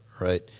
right